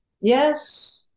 yes